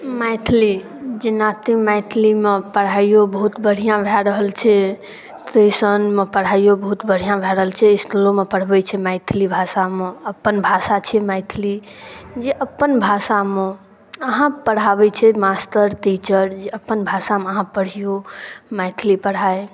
मैथिली जेना की मैथिलीमे पढ़ाइयो बहुत बढ़िऑं भऽ रहल छै से संगमे पढ़ाइयो बहुत बढ़ियऑं भऽ रहल छै इसकुलोमे पढ़बै छै मैथिली भाषामे अपन भाषा छै मैथिली जे अपन भाषामे अहाँ पढ़ाबै छी मास्टर टीचर जे अपन भाषामे अहाँ पढ़ाइयो मैथिली पढ़ाइ